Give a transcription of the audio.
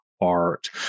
Art